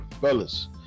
fellas